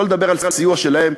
שלא לדבר על סיוע שלהם,